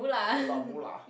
a lot of moolah